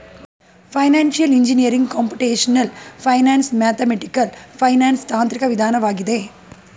financial engineering computational finance, mathematical finance ತಾಂತ್ರಿಕ ವಿಧಾನವಾಗಿದೆ